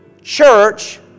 church